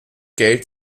geld